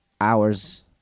hours